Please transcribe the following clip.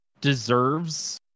deserves